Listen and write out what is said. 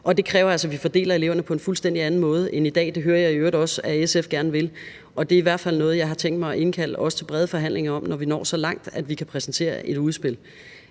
Det kræver altså, at vi fordeler eleverne på en fuldstændig anden måde end i dag. Det hører jeg i øvrigt også SF gerne vil, og det er i hvert fald noget, jeg har tænkt mig at indkalde til også brede forhandlinger om, når vi når så langt, at vi kan præsentere et udspil.